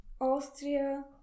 Austria